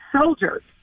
soldiers